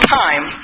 time